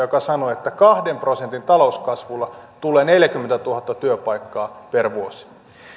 joka sanoo että kahden prosentin talouskasvulla tulee neljäkymmentätuhatta työpaikkaa per vuosi